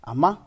Ama